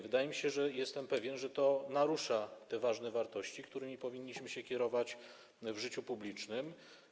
Wydaje mi się, jestem pewien, że to narusza te ważne wartości, którymi powinniśmy się kierować w życiu publicznym.